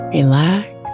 relax